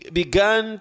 began